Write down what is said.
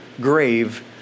grave